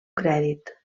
crèdit